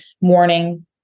morning